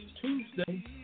Tuesday